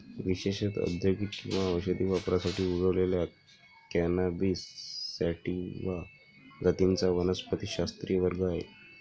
विशेषत औद्योगिक किंवा औषधी वापरासाठी उगवलेल्या कॅनॅबिस सॅटिवा जातींचा वनस्पतिशास्त्रीय वर्ग आहे